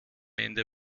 ende